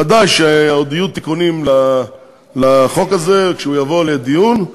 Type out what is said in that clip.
ודאי שעוד יהיו תיקונים לחוק הזה כשהוא יבוא לדיון,